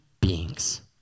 beings